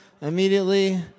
Immediately